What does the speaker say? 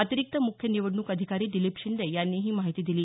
अतिरिक्त मुख्य निवडणूक अधिकारी दिलीप शिंदे यांनी ही माहिती दिली